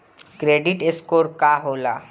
Credit score का होला?